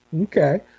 Okay